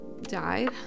died